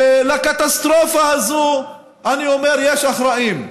ולקטסטרופה הזאת, אני אומר, יש אחראים,